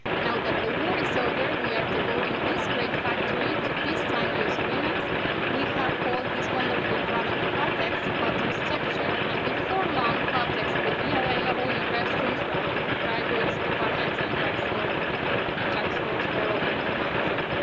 now that the war is over we are devoting this great factory to peacetime usefulness we have called this wonderful product kotex, kotex texture and before long kotex will be available in restrooms, dry dry goods, departments and drugstores drugstores all over the country.